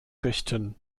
richten